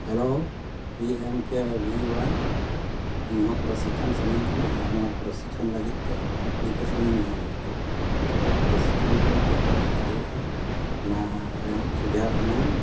hello P M K V Y ᱤᱧ ᱦᱚᱸ ᱯᱨᱚᱥᱤᱠᱠᱷᱚᱱ ᱥᱟᱹᱱᱟᱹᱧ ᱠᱟᱱᱟ ᱟᱨ ᱱᱚᱣᱟ ᱯᱨᱚᱥᱤᱠᱠᱷᱚᱱ ᱞᱟᱹᱜᱤᱫ ᱛᱮ ᱚᱯᱞᱤᱠᱮᱥᱚᱱ ᱤᱧ ᱮᱢ ᱞᱮᱫᱟ ᱛᱚ ᱯᱨᱚᱥᱤᱠᱠᱷᱚᱱ ᱨᱮ ᱪᱮᱫ ᱠᱚ ᱪᱤᱠᱟᱹ ᱦᱩᱭᱩᱜᱼᱟ ᱚᱱᱟ ᱨᱮᱱᱟᱜ ᱥᱚᱡᱷᱟᱣ ᱤᱢᱟᱹᱧ ᱢᱮ